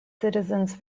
citizens